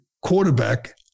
quarterback